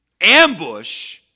ambush